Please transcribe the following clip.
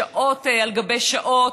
שעות על גבי שעות,